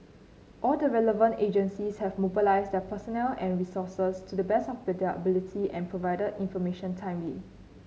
all the relevant agencies have mobilised their personnel and resources to the best of their ability and provided information timely